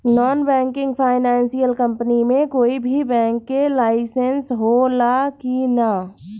Non banking financial company मे कोई भी बैंक के लाइसेन्स हो ला कि ना?